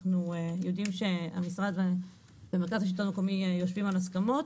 אנחנו יודעים שבמרכז השלטון המקומי יושבים על הסכמות.